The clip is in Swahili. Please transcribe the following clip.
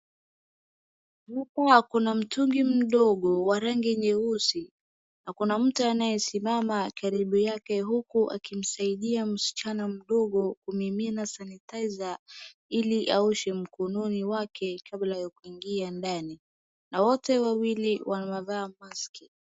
Hapa kuna mtungi mdogo wa rangi nyeusi. Na kuna mtu anayesimama karibu yake, huku akimsaidia msichana mdogo kumimina sanitizer ili aoshe mkononi wake kabla ya kuingia ndani. Na wote wawili wamevaa maski.